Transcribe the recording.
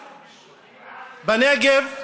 בנגב,